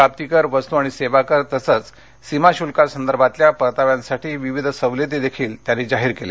प्राप्तीकर वस्तू आणि सेवाकर तसंच सीमा शुल्कासंदर्भातल्या परताव्यांसाठी विविध सवलतीही त्यांनी जाहीर केल्या